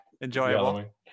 enjoyable